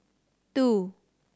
two